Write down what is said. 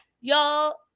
Y'all